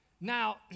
Now